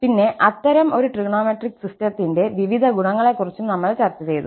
പിന്നെ അത്തരം ഒരു ട്രിഗണോമെട്രിക് സിസ്റ്റത്തിന്റെ വിവിധ ഗുണങ്ങളെക്കുറിച്ചും നമ്മൾ ചർച്ച ചെയ്തു